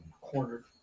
cornered